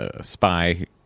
spy